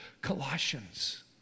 Colossians